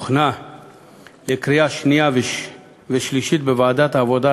שהוכנה לקריאה שנייה ושלישית בוועדת העבודה,